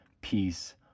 peace